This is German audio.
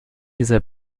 dieser